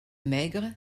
maigre